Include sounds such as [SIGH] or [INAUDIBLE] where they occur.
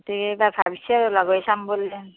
[UNINTELLIGIBLE] এবাৰ ভাবিছে আৰু [UNINTELLIGIBLE] চাম বুলি